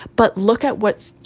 but look at what's.